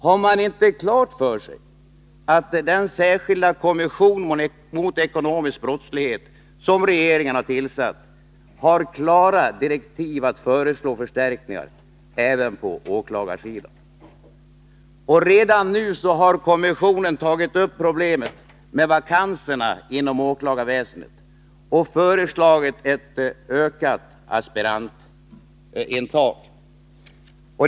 Har man inte klart för sig att den särskilda kommission mot ekonomisk brottslighet som regeringen har tillsatt har klara direktiv att föreslå förstärkningar även på åklagarsidan? Redan nu har kommissionen tagit upp problemet med vakanserna inom åklagarväsendet och föreslagit ett ökat aspirantintag.